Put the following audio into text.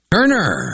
Turner